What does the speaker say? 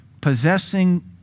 possessing